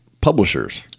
publishers